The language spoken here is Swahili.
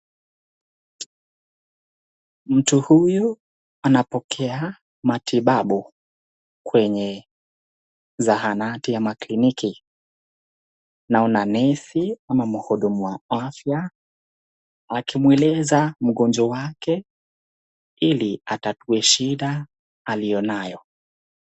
Mtu huyu anapokea matibabu kwenye zahanati ama kliniki, naona nesi ama mhudumu wa afya akimuuliza mgonjwa wake ili atatue shida aliyonayo.